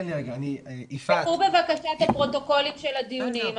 תיקחו בבקשה את הפרוטוקולים של הדיונים,